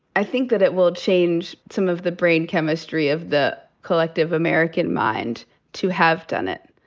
i think that it will change some of the brain chemistry of the collective american mind to have done it.